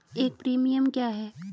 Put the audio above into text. एक प्रीमियम क्या है?